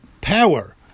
power